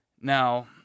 Now